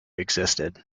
existed